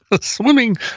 swimming